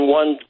one